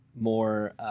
more